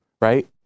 right